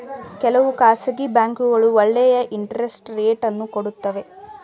ಕೆಲವು ಖಾಸಗಿ ಬ್ಯಾಂಕ್ಗಳು ಒಳ್ಳೆಯ ಇಂಟರೆಸ್ಟ್ ರೇಟ್ ಅನ್ನು ಕೊಡುತ್ತವೆ